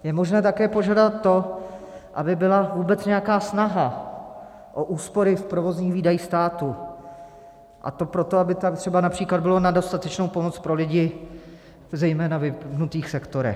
Je možné také požadovat to, aby byla vůbec nějaká snaha o úspory v provozních výdajích státu, a to proto, aby tam třeba například bylo na dostatečnou pomoc pro lidi zejména ve vypnutých sektorech.